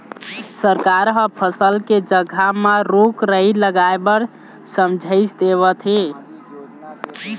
सरकार ह फसल के जघा म रूख राई लगाए बर समझाइस देवत हे